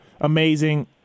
amazing